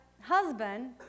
husband